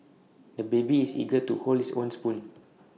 the baby is eager to hold his own spoon